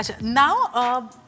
now